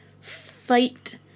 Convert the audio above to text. fight